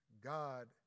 God